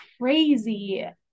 crazy